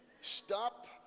Stop